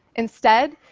instead,